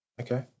Okay